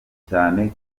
cyane